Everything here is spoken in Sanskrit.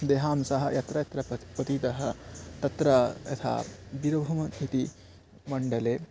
देहांशाः यत्र यत्र पत् पतितः तत्र यथा बिरुहुम् इति मण्डले